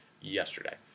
yesterday